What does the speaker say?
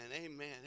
amen